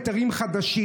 בזה.